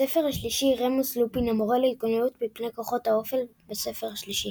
בספר השלישי רמוס לופין – מורה להתגוננות מפני כוחות האופל בספר השלישי.